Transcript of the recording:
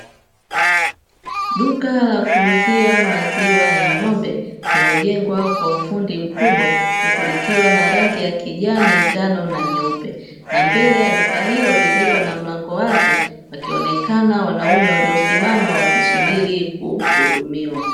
Duka la kuuzia maziwa ya ngombe lililojengwa kwa ufundi mkubwa huku likiwa na rangi ya kijani, njano na nyeupe; na mbele ya duka hilo lililo na mlango wazi wakionekana wanaume waliosimama wakisubiri kuhudumiwa.